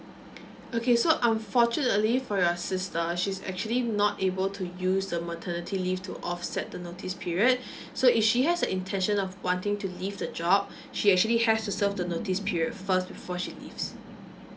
okay so unfortunately for your sister she's actually not able to use the maternity leave to offset the notice period so if she has the intention of wanting to leave the job she actually have to serve the notice period first before she leave